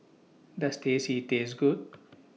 Does Teh C Taste Good